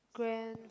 grand